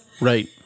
Right